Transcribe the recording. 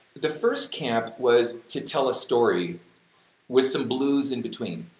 the first camp was to tell a story with some blues in between,